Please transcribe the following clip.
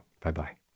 Bye-bye